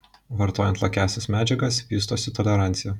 vartojant lakiąsias medžiagas vystosi tolerancija